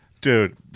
Dude